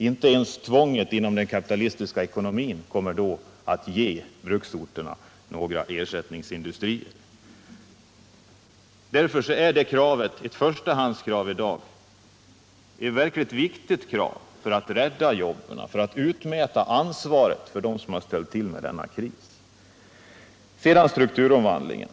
Inte ens tvånget inom den kapitalistiska ekonomin kommer då att ge bruksorterna några ersättningsindustrier. Därför är vårt krav ett förstahandskrav i dag, ett verkligt viktigt krav för att rädda jobben, för att utmäta ansvaret för dem som ställt till med denna kris. Sedan strukturomvandlingen.